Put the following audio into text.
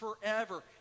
forever